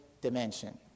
dimension